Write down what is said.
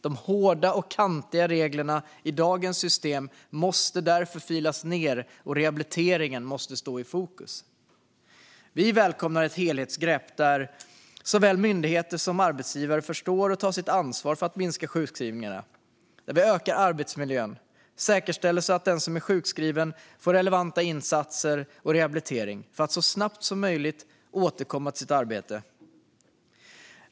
De hårda och kantiga reglerna i dagens system måste därför filas ned, och rehabiliteringen måste stå i fokus. Vi välkomnar ett helhetsgrepp där såväl myndigheter som arbetsgivare förstår och tar sitt ansvar för att minska sjukskrivningarna, förbättra arbetsmiljön och säkerställa att den som är sjukskriven får relevanta insatser och rehabilitering för att så snabbt som möjligt återkomma till sitt arbete.